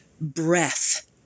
breath